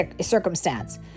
circumstance